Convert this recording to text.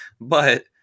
but-